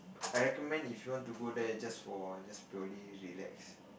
I recommend if you want to go there just for just purely relax